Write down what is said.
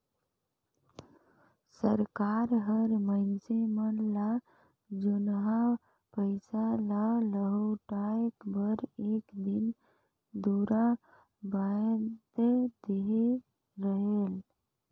सरकार हर मइनसे मन ल जुनहा पइसा ल लहुटाए बर एक दिन दुरा बांएध देहे रहेल